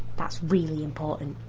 that's really important,